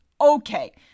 Okay